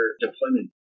deployment